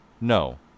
No